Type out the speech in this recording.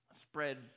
spreads